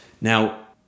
Now